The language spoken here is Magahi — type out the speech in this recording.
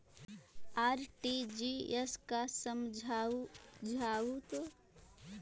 आर.टी.जी.एस का है समझाहू तो?